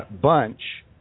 Bunch